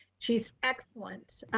she's excellent,